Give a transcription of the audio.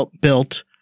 built